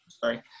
Sorry